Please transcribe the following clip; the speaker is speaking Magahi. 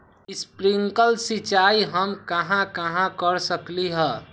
स्प्रिंकल सिंचाई हम कहाँ कहाँ कर सकली ह?